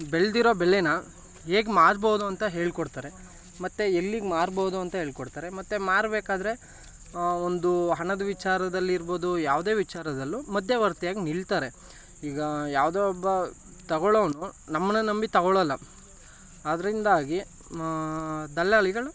ಬೆಳೆದಿರೋ ಬೆಲೆನ ಹೇಗೆ ಮಾರ್ಬೋದು ಅಂತ ಹೇಳಿಕೊಡ್ತಾರೆ ಮತ್ತು ಎಲ್ಲಿಗೆ ಮಾರ್ಬೋದು ಅಂತ ಹೇಳ್ಕೊಡ್ತಾರೆ ಮತ್ತು ಮಾರಬೇಕಾದ್ರೆ ಒಂದು ಹಣದ ವಿಚಾರದಲ್ಲಿ ಇರ್ಬೋದು ಯಾವುದೇ ವಿಚಾರದಲ್ಲೂ ಮಧ್ಯವರ್ತಿಯಾಗಿ ನಿಲ್ತಾರೆ ಈಗ ಯಾವುದೇ ಒಬ್ಬ ತೊಗೊಳ್ಳೋನು ನಮ್ಮನ್ನು ನಂಬಿ ತೊಗೊಳ್ಳೋಲ್ಲ ಅದರಿಂದಾಗಿ ದಲ್ಲಾಳಿಗಳು